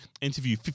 Interview